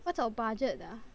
what's our budget ah